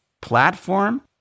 platform